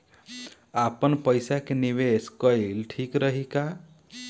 आपनपईसा के निवेस कईल ठीक रही का?